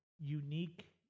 unique